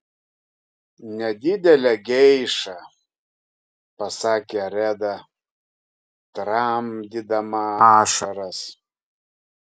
nedidelę geišą pasakė reda tramdydama ašaras